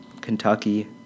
Kentucky